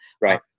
Right